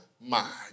mind